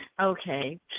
Okay